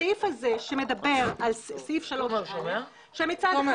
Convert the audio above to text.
סעיף 3א שמצד אחד